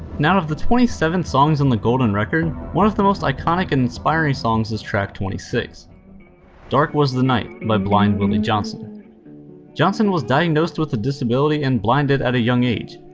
of the twenty seven songs on the golden record, one of the most iconic and inspiring songs is track twenty six dark was the night by blind willie johnson johnson was diagnosed with a disability and blinded at a young age.